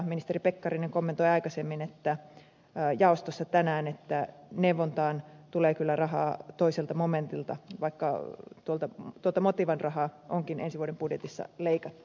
ministeri pekkarinen kommentoi jaostossa aikaisemmin tänään että neuvontaan tulee kyllä rahaa toiselta momentilta vaikka motivan rahaa onkin ensi vuoden budjetissa leikattu